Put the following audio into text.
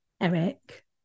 Eric